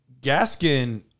Gaskin